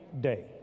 day